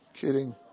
kidding